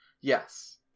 Yes